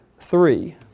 three